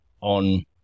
on